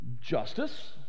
justice